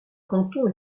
canton